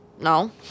No